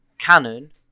canon